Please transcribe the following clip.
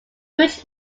fruit